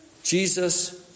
Jesus